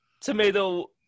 tomato